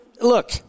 Look